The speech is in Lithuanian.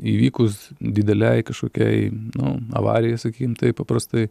įvykus didelei kažkokiai nu avarijai sakykim taip paprastai